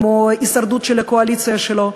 כמו ההישרדות של הקואליציה שלו,